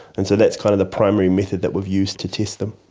and so that's kind of the primary method that we've used to test them.